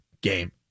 game